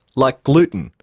like gluten,